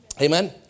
Amen